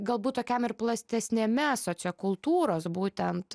galbūt tokiam ir plastesniame sociokultūros būtent